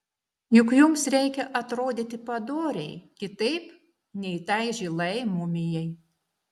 juk jums reikia atrodyti padoriai kitaip nei tai žilai mumijai